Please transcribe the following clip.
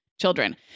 children